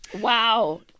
Wow